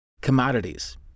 Commodities